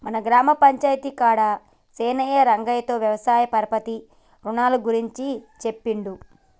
మన గ్రామ పంచాయితీ కాడ సీనయ్యా రంగయ్యతో వ్యవసాయ పరపతి రునాల గురించి సెప్పిండు